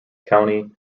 county